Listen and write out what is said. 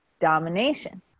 domination